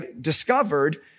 discovered